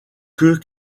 que